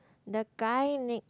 the guy next